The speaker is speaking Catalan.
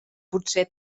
potser